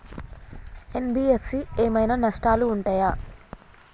NBFC ఏమైనా నష్టాలు ఉంటయా?